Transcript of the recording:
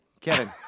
Kevin